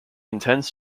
intends